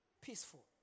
peaceful